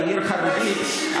כעיר חרדית,